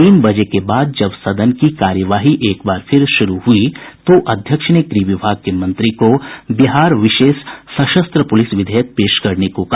तीन बजे के बाद जल सदन की कार्यवाही एक बार फिर शुरू हुई तो अध्यक्ष ने गृह विभाग के मंत्री को बिहार विशेष सशस्त्र पुलिस विधेयक पेश करने को कहा